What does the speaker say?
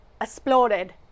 exploded